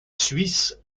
suisse